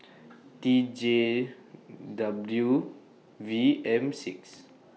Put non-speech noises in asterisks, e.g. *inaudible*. *noise* T J W V M six